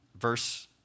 verse